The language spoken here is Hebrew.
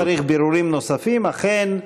אם השר אומר שהוא צריך בירורים נוספים, אכן.